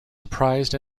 surprised